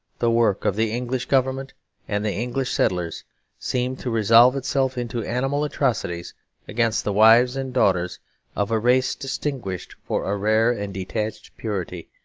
the work of the english government and the english settlers seemed to resolve itself into animal atrocities against the wives and daughters of a race distinguished for a rare and detached purity,